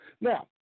Now